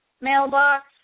mailbox